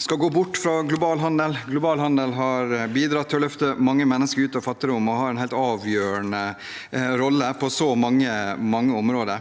skal gå bort fra global handel. Global handel har bidratt til å løfte mange mennesker ut av fattigdom og har en helt avgjørende rolle på så mange områder.